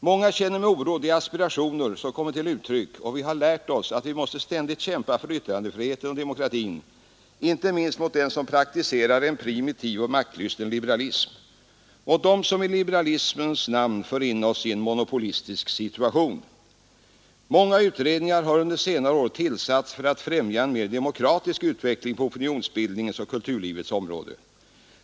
Många känner med oro de aspirationer som kommit till uttryck, och vi har lärt oss att vi måste ständigt kämpa för yttrandefriheten och demokratin, inte minst mot dem som praktiserar en primitiv och maktlysten liberalism, mot dem som i liberalismens namn för in oss i en monopolistisk situation. Många utredningar har under senare år tillsatts för att främja en mer demokratisk utveckling på opinionsbildningens och kulturlivets område.